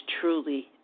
truly